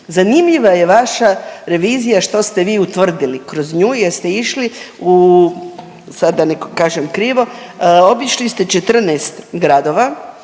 Zanimljiva je vaša revizija što ste vi utvrdili kroz nju jer ste išli u, sad da ne kažem krivo, obišli ste 14 gradova